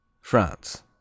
France